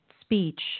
speech